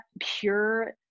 pure